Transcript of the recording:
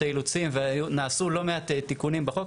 האילוצים ונעשו לא מעט תיקונים בחוק.